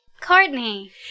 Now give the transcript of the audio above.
Courtney